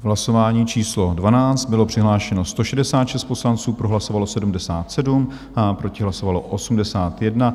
Hlasování číslo 12, bylo přihlášeno 166 poslanců, pro hlasovalo 77, proti hlasovalo 81.